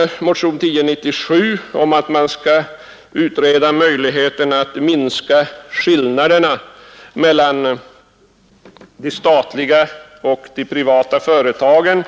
I motionen 1097 föreslås att man skall utreda möjligheterna att på olika sätt minska skillnaderna mellan de statliga och privata företagen,